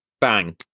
bang